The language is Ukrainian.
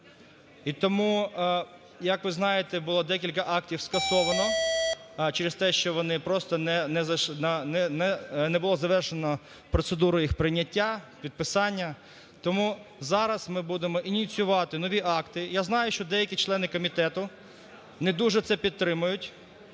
І тому, як ви знаєте, було декілька актів скасовано через те, що вони просто не було завершено процедуру їх прийняття, підписання. Тому зараз ми будемо ініціювати нові акти. Я знаю, що деякі члени комітету не дуже це підтримують,